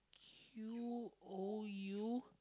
U O U